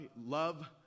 love